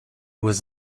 was